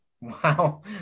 Wow